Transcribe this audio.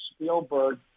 Spielberg